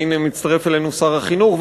והנה מצטרף אלינו שר החינוך,